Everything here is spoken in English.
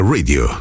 Radio